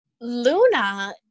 Luna